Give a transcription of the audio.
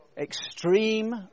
extreme